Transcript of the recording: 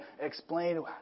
explain